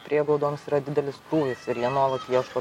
prieglaudoms yra didelis krūvis ir jie nuolat ieško